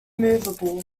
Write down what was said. movable